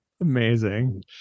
amazing